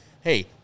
hey